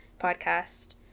podcast